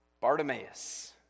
Bartimaeus